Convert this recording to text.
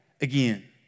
again